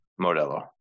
Modelo